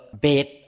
bed